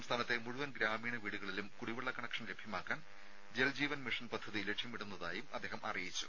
സംസ്ഥാനത്തെ മുഴുവൻ ഗ്രാമീണ വീടുകളിലും കുടിവെള്ള കണക്ഷൻ ലഭ്യമാക്കാൻ ജൽജീവൻ മിഷൻ പദ്ധതി ലക്ഷ്യമിടുന്നതായും അദ്ദേഹം അറിയിച്ചു